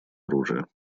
оружия